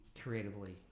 creatively